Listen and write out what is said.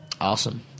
Awesome